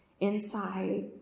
inside